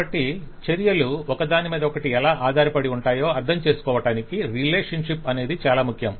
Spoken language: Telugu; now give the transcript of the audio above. కాబట్టి చర్యలు ఒకదాని మీద ఒకటి ఎలా ఆధారపడి ఉంటాయో అర్థం చేసుకోవడానికి రిలేషన్షిప్ అనేది చాలా ముఖ్యం